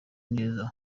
neza